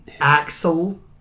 Axel